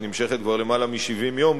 שנמשכת למעלה מ-70 יום,